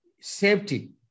safety